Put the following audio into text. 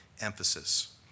emphasis